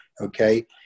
okay